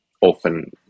often